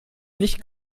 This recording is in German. nicht